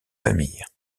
famille